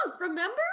remember